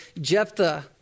Jephthah